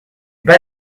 pas